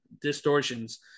distortions